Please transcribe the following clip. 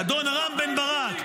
ראש השב"כ רונן בר.